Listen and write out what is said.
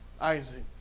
Isaac